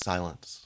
Silence